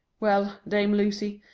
well, dame lucy,